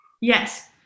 Yes